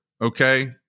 Okay